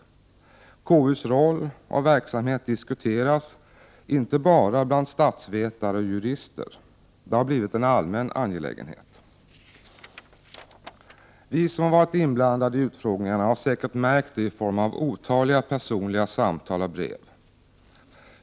Konstitutionsutskottets roll och verksamhet diskuteras inte bara bland statsvetare och jurister. Det har blivit en allmän angelägenhet. Vi som varit inblandade i utfrågningarna har märkt det i form av otaliga personliga samtal och brev.